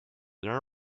there